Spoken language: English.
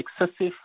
excessive